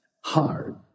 hard